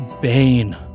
bane